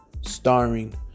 starring